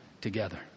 together